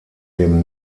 dem